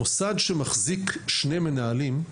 מוסד שמחזיק שני מנהלים,